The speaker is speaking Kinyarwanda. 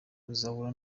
uzahura